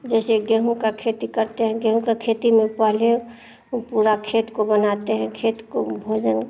जैसे गेहूँ का खेती करते हैं गेहूँ का खेती में पहले ऊ पूरा खेत को बनाते हैं खेत को भोजन